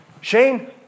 Shane